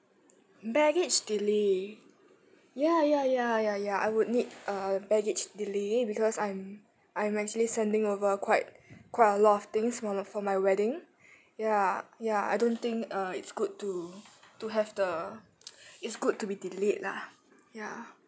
baggage delay ya ya ya ya ya I would need a baggage delay because I'm I'm actually sending over quite quite a lot of things for my for my wedding ya ya I don't think uh it's good to to have the it's good to be delayed lah ya